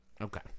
Okay